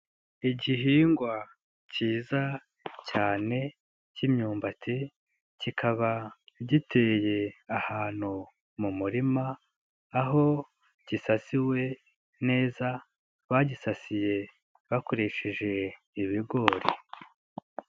Igihingwa kiza cyane k'imyumbati kikaba giteye ahantu mu murima aho gisasiwe neza bagisasiye bakoresheje ibigori,